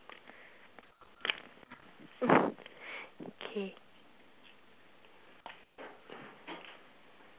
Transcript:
K